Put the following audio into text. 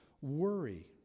worry